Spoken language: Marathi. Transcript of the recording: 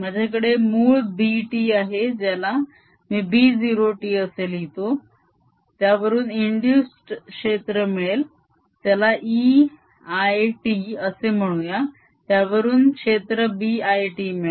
माझ्याकडे मूळ B t आहे ज्याला मी B0 t असे म्हणतो त्यावरून इंदुस्ड क्षेत्र मिळेल त्याला E l t असे म्हणूया त्यावरून क्षेत्र B l t मिळेल